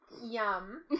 Yum